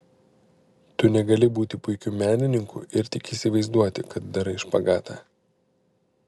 tu negali būti puikiu menininku ir tik įsivaizduoti kad darai špagatą